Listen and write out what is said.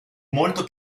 molto